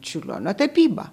čiurlionio tapybą